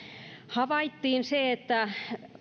havaittiin se että